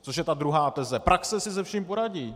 Což je ta druhá teze praxe si se vším poradí.